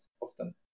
often